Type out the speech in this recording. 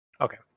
Okay